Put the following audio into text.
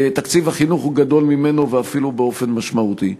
תקציב החינוך גדול ממנו ואפילו באופן משמעותי.